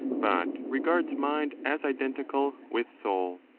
but regards mind as identical with soul.